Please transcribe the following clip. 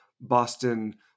Boston